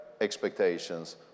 expectations